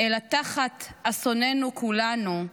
אלה תחת אסוננו כולנו,